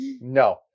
No